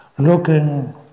Looking